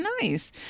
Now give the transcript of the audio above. nice